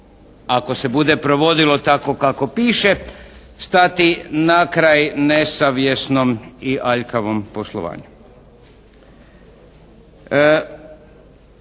ako se bude provodilo tako kako piše, stati na kraj nesavjesnom i aljkavom poslovanju.